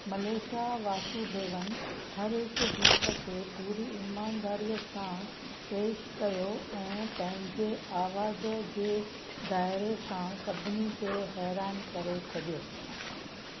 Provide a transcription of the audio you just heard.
Malaysia Vasudevan हर हिकु गीत खे पूरी ईमानदारीअ सां पेशु कयो ऐं पहिंजे आवाज़ जे दाइरे सां सभिनी खे हैरानु करे छडि॒यो